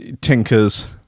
tinkers